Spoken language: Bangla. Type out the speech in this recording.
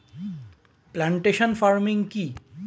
প্লান্টেশন ফার্মিং কি?